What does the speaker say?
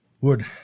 Wood